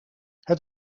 het